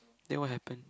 then what happen